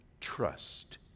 trust